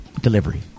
Delivery